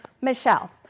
Michelle